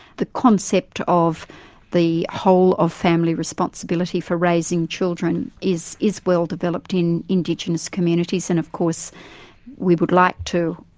the concept of the whole of family responsibility for raising children is is well-developed in indigenous communities, and of course we would like to.